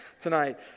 tonight